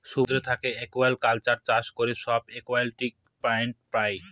সমুদ্র থাকে একুয়াকালচার চাষ করে সব একুয়াটিক প্লান্টস পাই